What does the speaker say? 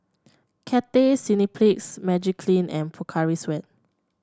Cathay Cineplex Magiclean and Pocari Sweat